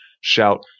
shout